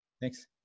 Thanks